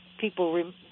people